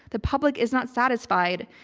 the public is not satisfied.